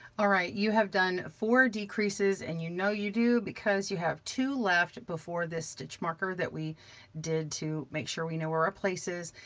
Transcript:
all right, you have done four decreases and you know you do because you have two left before this stitch marker that we did to make sure we know where our ah place is.